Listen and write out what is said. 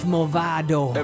Movado